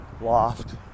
loft